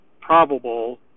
probable